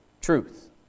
Truth